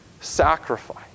sacrifice